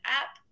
app